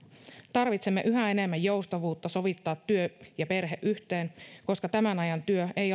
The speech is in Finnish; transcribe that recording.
tarvitsemme yhä enemmän joustavuutta sovittaa työ ja perhe yhteen koska tämän ajan työ ei